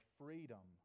freedom